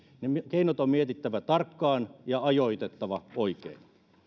keinot on mietittävä tarkkaan ja ajoitettava oikein